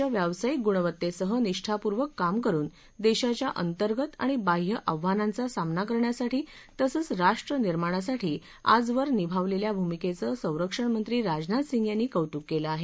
लष्करानं उच्च व्यावसायिक गुणवत्तेसह निष्ठापूर्वक काम करून देशाच्या अंतर्गत आणि बाह्य आह्वानांचा सामना करण्यासाठी तसंच राष्ट्रनिर्माणासाठी आजवर निभावलेल्या भूमिकेचं संरक्षण मंत्री राजनाथ सिंग यांनी कौतुक केलं आहे